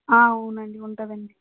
అవునండి ఉంటదండి